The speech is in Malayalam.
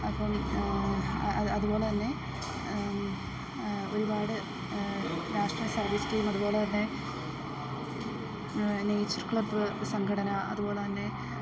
അപ്പം അതുപോലെ തന്നെ ഒരുപാട് നാഷണൽ സർവ്വീസ് സ്കീം അതുപോലെ തന്നെ നേച്ചർ ക്ലബ് സംഘടന അതുപോലെ തന്നെ